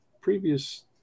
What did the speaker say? previous